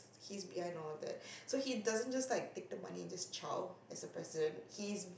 he's behind all that so he doesn't just like take the money and just zao as a President he is